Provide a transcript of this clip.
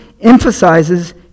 emphasizes